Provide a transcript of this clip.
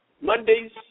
Mondays